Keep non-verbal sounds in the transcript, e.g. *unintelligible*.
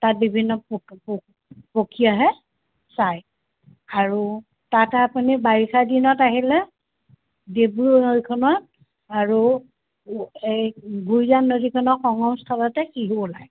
তাত বিভিন্ন পক্ষী আহে চাই আৰু তাতে আপুনি বাৰিষা দিনত আহিলে ডিব্ৰু নৈখনত আৰু এই গুড়িজান নদীখনত *unintelligible*